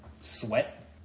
Sweat